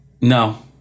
No